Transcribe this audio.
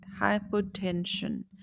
hypotension